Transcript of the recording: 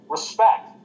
Respect